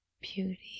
beauty